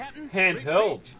Handheld